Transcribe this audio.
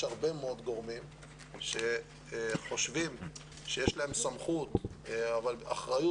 הרבה מאוד גורמים שחושבים שיש להם סמכות אבל אחריות